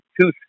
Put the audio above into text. two